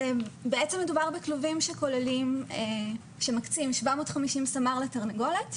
בעצם מדובר בכלובים שמקצים 750 סמ"ר לתרנגולת,